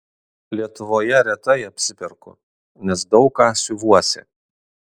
lietuvoje retai apsiperku nes daug ką siuvuosi